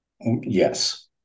Yes